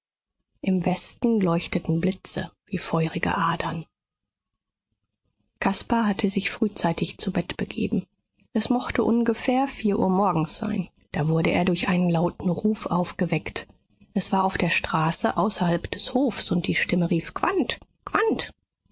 im westen leuchteten blitze wie feurige adern caspar hatte sich frühzeitig zu bett begeben es mochte ungefähr vier uhr morgens sein da wurde er durch einen lauten ruf aufgeweckt es war auf der straße außerhalb des hofs und die stimme rief